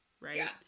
Right